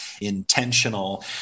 intentional